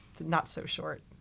not-so-short